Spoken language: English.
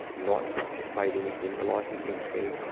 not participating in the licensing scheme,